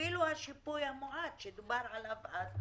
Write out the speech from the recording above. אפילו השיפוי המועט שדובר עליו אז,